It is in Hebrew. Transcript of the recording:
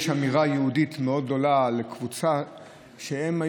יש אמירה יהודית מאוד גדולה על קבוצה שהיו